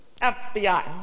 FBI